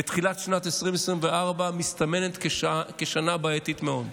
ותחילת שנת 2024 מסתמנת כשנה בעייתית מאוד: